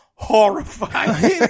Horrifying